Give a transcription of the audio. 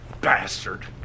Bastard